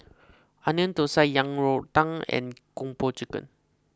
Onion Thosai Yang Rou Tang and Kung Po Chicken